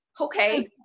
okay